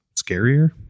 scarier